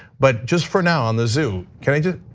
but just for now on the zoo, can i just.